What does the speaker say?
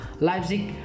Leipzig